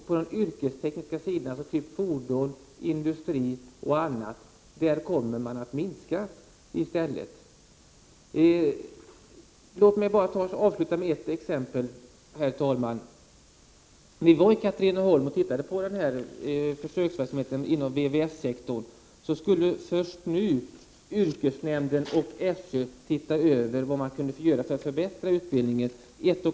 På den yrkestekniska sidan, som t.ex. fordon och industri, kommer insatserna i stället att minska. Herr talman! Låt mig avsluta med ett exempel. Vi har varit i Katrineholm och tittat på försöksverksamheten inom VVS-sektorn. Först nu, ett och ett halvt år efter start, skall yrkesnämnden och SÖ se över vad som kan göras för att förbättra utbildningen.